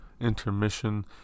intermission